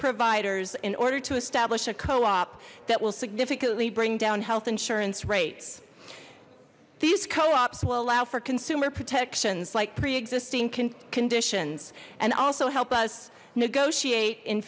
providers in order to establish a co op that will significantly bring down health insurance rates these coops will allow for consumer protections like pre existing conditions and also help us negotiate in